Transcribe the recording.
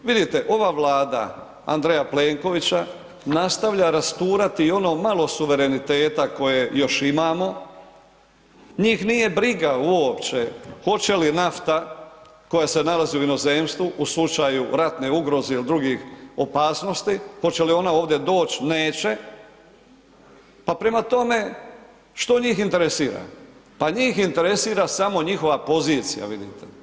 Vidite ova Vlada, Andreja Plenkovića nastavlja rasturati i ono malo suvereniteta koje još imamo, njih nije briga uopće hoće li nafta koja se nalazi u inozemstvu u slučaju ratne ugroze ili drugih opasnosti, hoće li ona ovdje doći, neće, pa prema tome što njih interesira, pa njih interesira samo njihova pozicija vidite.